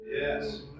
Yes